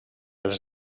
els